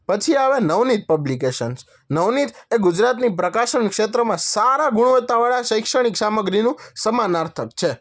પછી આવે નવનીત પબ્લિકેશન્સ નવનીત એ ગુજરાતની પ્રકાશન ક્ષેત્રમાં સારા ગુણવત્તાવાળા શૈક્ષણિક સામગ્રીનું સમાનાર્થક છે